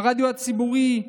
ברדיו הציבורי,